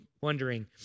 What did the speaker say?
wondering